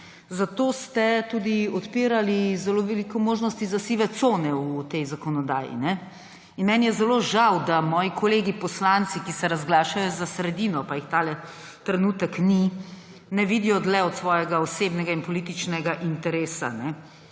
Zato ste tudi odpirali zelo veliko možnosti za sive cone v tej zakonodaji. Meni je zelo žal, da moji kolegi poslanci, ki se razglašajo za sredino, pa jih ta trenutek ni, ne vidijo dlje od svojega osebnega in političnega interesa